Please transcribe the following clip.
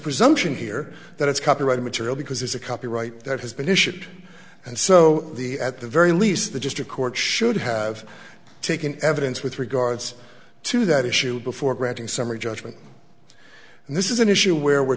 presumption here that it's copyrighted material because there's a copyright that has been issued and so the at the very least the district court should have taken evidence with regards to that issue before granting summary judgment and this is an issue where we're